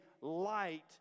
light